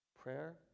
prayer